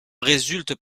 résultent